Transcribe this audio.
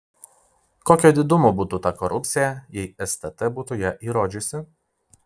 kokio didumo būtų ta korupcija jei stt būtų ją įrodžiusi